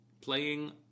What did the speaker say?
playing